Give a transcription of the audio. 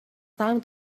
time